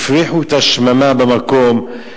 הפריחו את השממה במקום,